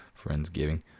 Friendsgiving